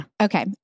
Okay